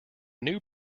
new